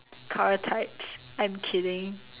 car types I'm kidding